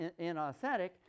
inauthentic